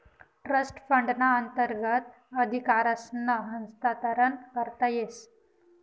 trust फंडना अंतर्गत अधिकारसनं हस्तांतरण करता येस